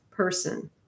person